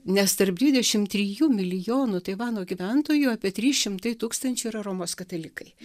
nes tarp dvidešim trijų milijonų taivano gyventojų apie trys šimtai tūkstančių romos katalikai